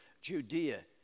Judea